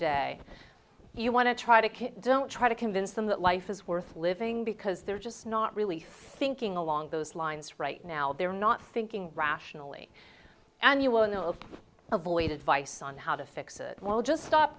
day you want to try to kill don't try to convince them that life is worth living because they're just not really thinking along those lines right now they're not thinking rationally and you will in the avoid advice on how to fix it well just stop